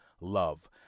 love